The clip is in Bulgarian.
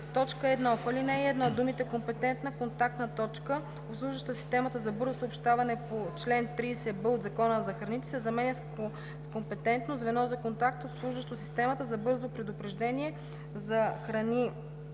изменения: 1. В ал. 1 думите „компетентна контактна точка, обслужваща системата за бързо съобщаване по чл. 30б от Закона за храните“ се заменят с „компетентно звено за контакт, обслужващо Системата за бързо предупреждение за храни